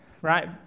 right